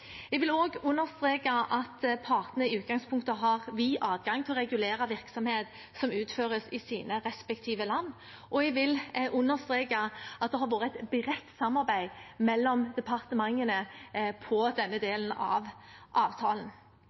Jeg vil også understreke at partene i utgangspunktet har vid adgang til å regulere virksomhet som utføres i sine respektive land. Jeg vil understreke at det har vært et bredt samarbeid mellom departementene om denne delen av avtalen.